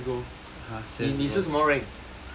你你是什么 rank C_S go